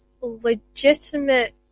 legitimate